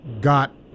got